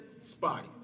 spotty